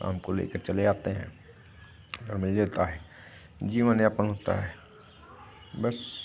शाम को ले के चले आते हैं और यही रहता है जीवन यापन होता है बस